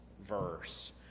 verse